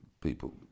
people